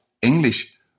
Englisch